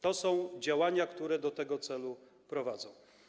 To są działania, które do tego celu prowadzą.